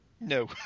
No